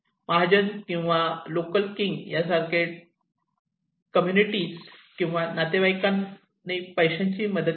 महाजन किंवा local king यासारख्या community किंवा नातेवाईकांनी पैशांची मदत केली